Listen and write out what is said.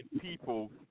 people